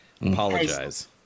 Apologize